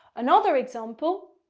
another example,